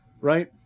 right